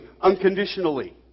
unconditionally